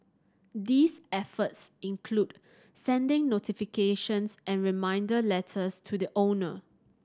these efforts include sending notifications and reminder letters to the owner